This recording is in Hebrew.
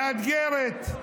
מאתגרת,